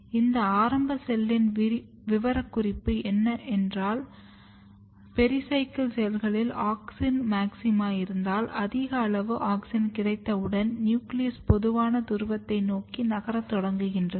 இது ஆரம்ப செல்லின் விவரக்குறிப்பு என்றல் பெரிசைக்கிள் செல்களில் ஆக்ஸின் மாக்சிமா இருந்தால் அதிக அளவு ஆக்ஸின் கிடைத்தவுடன் நியூக்ளியஸ் பொதுவான துருவத்தை நோக்கி நகரத் தொடங்குகின்றன